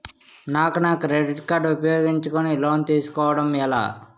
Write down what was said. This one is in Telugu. నాకు నా క్రెడిట్ కార్డ్ ఉపయోగించుకుని లోన్ తిస్కోడం ఎలా?